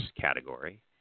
category